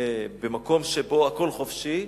במקום שבו הכול חופשי,